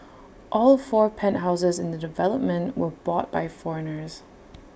all four penthouses in the development were bought by foreigners